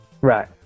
Right